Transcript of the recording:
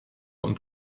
und